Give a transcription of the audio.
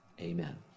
amen